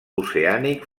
oceànic